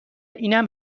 اینم